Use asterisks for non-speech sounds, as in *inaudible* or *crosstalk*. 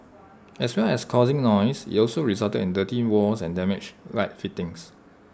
*noise* as well as causing noise IT also resulted in dirty walls and damaged light fittings